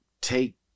take